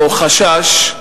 או חשש,